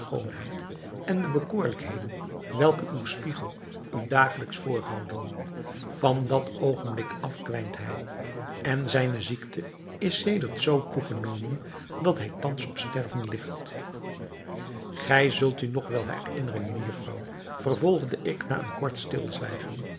en de bekoorlijkheden welke uw spiegel u dagelijks voorhouden van dat oogenblik af kwijnt hij en zijne ziekte is sedert zoo toegenomen dat hij thans op sterven ligt gij zult u nog wel herinneren mejufvrouw vervolgde ik na een kort stilzwijgen